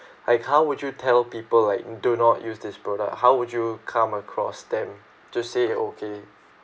like how would you tell people like do not use this product how would you come across them to say okay